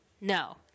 No